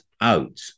out